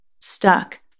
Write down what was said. stuck